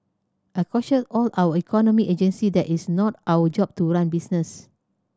I caution all our economic agency that it's not our job to run business